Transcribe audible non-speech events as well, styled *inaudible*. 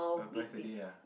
*noise* twice a day ah